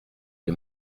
les